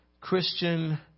Christian